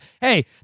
hey